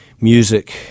music